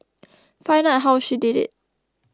find out how she did it